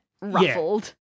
ruffled